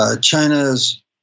China's